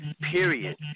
Period